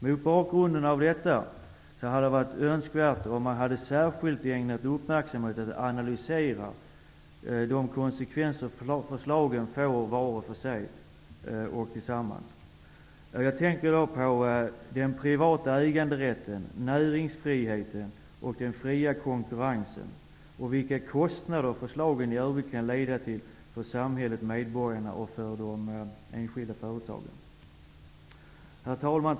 Mot bakgrund av detta hade det varit önskvärt om man särskilt hade ägnat uppmärksamhet åt att analysera de konsekvenser som förslagen får var för sig och tillsammans. Jag tänker då på den privata äganderätten, näringsfriheten och den fria konkurrensen samt på vilka kostnader förslagen i övrigt kan leda till för samhället, medborgarna och de enskilda företagen. Herr talman!